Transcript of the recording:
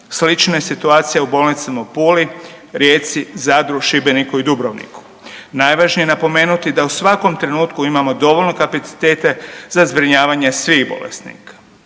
Slična je situacija u bolnicama u Puli, Rijeci, Zadru, Šibeniku i Dubrovniku. Najvažnije je napomenuti da u svakom trenutku imamo dovoljno kapacitete za zbrinjavanje svih bolesnika.